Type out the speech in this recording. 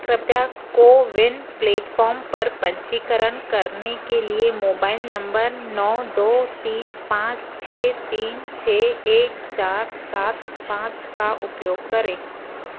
कृपया कोविन प्लेटफ़ॉर्म पर पंजीकरण करने के लिए मोबाइल नम्बर नौ दो तीन पाँच छः तीन छः एक चार सात पाँच का उपयोग करें